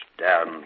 down